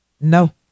No